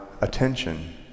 attention